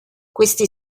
questi